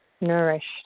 nourished